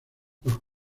los